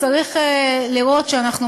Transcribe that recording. צריך לראות שאנחנו,